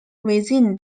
within